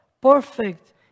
perfect